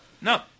No